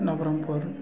Nabarangpur